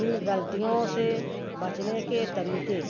ان غلطیوں سے بچنے کے طریقے